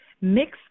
mix